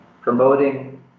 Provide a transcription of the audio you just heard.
promoting